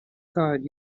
god